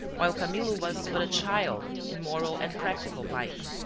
while camillo was but a child in moral and practical life.